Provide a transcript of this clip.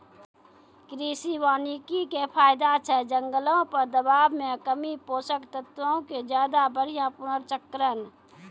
कृषि वानिकी के फायदा छै जंगलो पर दबाब मे कमी, पोषक तत्वो के ज्यादा बढ़िया पुनर्चक्रण